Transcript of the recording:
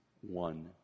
one